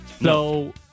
No